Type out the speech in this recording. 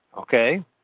Okay